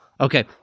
Okay